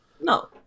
No